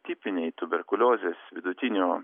tipiniai tuberkuliozės vidutinio